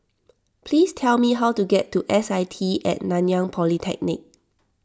please tell me how to get to S I T at Nanyang Polytechnic